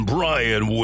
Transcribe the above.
Brian